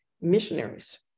missionaries